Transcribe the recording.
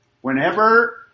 Whenever